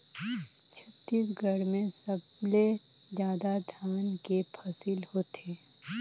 छत्तीसगढ़ में सबले जादा धान के फसिल होथे